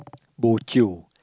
bo jio